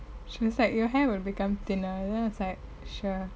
she's like your hair will become thinner then I was like sure